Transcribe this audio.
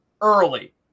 early